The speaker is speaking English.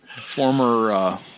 Former